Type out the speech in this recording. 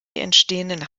entstehenden